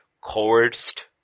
coerced